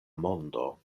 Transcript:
mondo